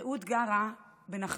רעות גרה בנחלאות